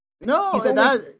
No